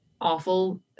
awful